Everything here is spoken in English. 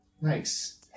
Nice